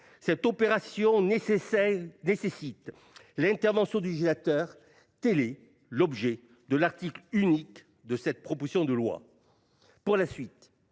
cette opération nécessite l'intervention du gélateur télé, l'objet de l'article unique de cette proposition de loi. Pour la suite,